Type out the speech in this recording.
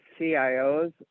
CIOs